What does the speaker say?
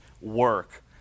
work